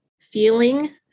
feeling